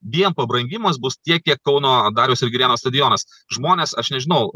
vien pabrangimas bus tiek kiek kauno dariaus ir girėno stadionas žmonės aš nežinau